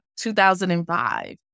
2005